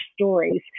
stories